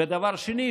ודבר שני,